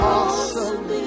awesome